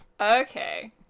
Okay